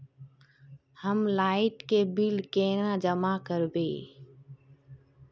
हम लाइट के बिल केना जमा करबे?